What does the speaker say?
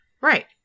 Right